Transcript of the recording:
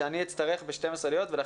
שאני אצטרך לצאת ב-12:00 ולהיות במקום אחר,